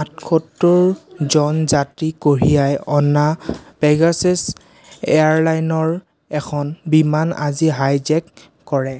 আঠসত্তৰ জন যাত্ৰী কঢ়িয়াই অনা পেগাছাছ এয়াৰলাইনৰ এখন বিমান আজি হাইজেক কৰে